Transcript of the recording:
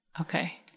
Okay